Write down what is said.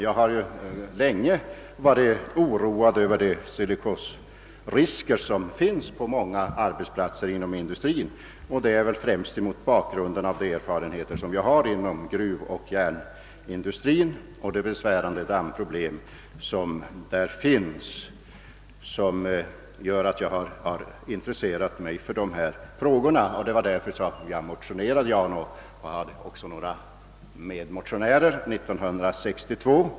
Jag har länge varit oroad av de silikosrisker som finns på många arbetsplatser inom industrin. Det var också främst mina erfarenheter från gruvoch järnindustrin och de besvärande dammproblem man där har som gjorde att jag intresserade mig för silikosfrågan och tillsammans med några kammarledamöter motionerade härom år 1962.